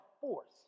force